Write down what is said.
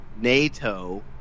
NATO